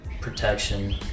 protection